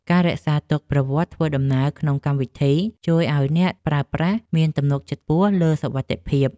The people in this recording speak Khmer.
ការរក្សាទុកប្រវត្តិធ្វើដំណើរក្នុងកម្មវិធី ជួយឱ្យអ្នកប្រើប្រាស់មានទំនុកចិត្តខ្ពស់លើសុវត្ថិភាព។